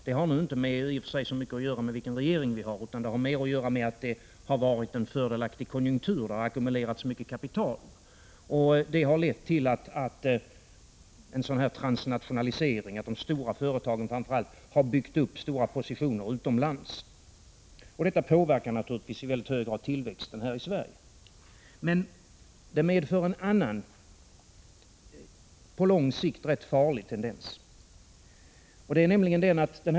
Det har i och för sig inte så mycket att göra med vilken regering vi har, utan det har mer att göra med att det har varit en fördelaktig konjunktur och att det har ackumulerats mycket kapital. Det har lett till en transnationalisering, dvs. att framför allt de stora företagen har byggt upp starka positioner utomlands. Detta påverkar naturligtvis i hög grad tillväxten här i Sverige. Men det medför en annan, på lång sikt rätt farlig, tendens.